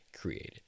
created